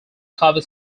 cover